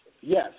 Yes